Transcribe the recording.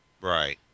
Right